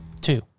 two